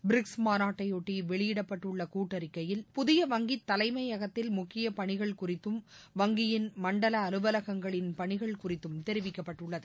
BRICS மாநாட்டையொட்டி வெளியிடப்பட்டுள்ள கூட்டறிக்கையில் புதிய வங்கி தலைமையகத்தில் முக்கிய பணிகள் குறித்தும் வங்கியின் மண்டல அலுவலகங்களின் பணிகள் குறித்தும் தெரிவிக்கப்பட்டுள்ளது